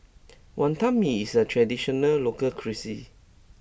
Wantan Mee is a traditional local cuisine